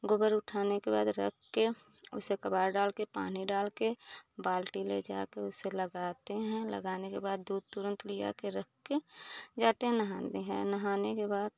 गोबर उठाने के बाद रख कर उसे कबाड़ डाल कर पानी डाल कर बाल्टी ले जाकर उसे लगाते हैं लगाने के बाद दूध तुरंत लिया के रख कर जाते हैं नहाने को नहाने के बाद